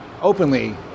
openly